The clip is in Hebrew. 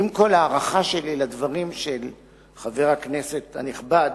עם כל ההערכה שלי לדברים של חבר הכנסת הנכבד,